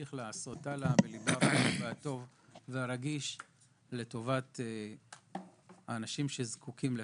וימשיך לעשות לטובת האנשים שזקוקים לכך.